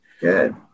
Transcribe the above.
good